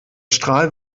strahl